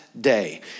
day